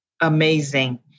amazing